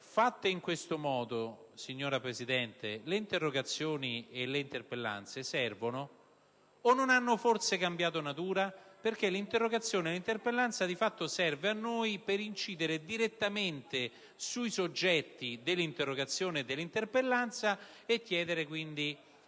fatte in questo modo, signora Presidente, le interrogazioni e le interpellanze servono o non hanno forse cambiato natura? L'interrogazione o l'interpellanza di fatto serve a noi per incidere direttamente sui soggetti dell'interrogazione e dell'interpellanza e chiedere quindi